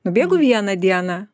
nubėgu vieną dieną